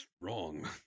wrong